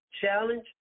challenge